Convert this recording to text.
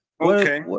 Okay